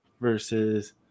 versus